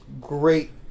great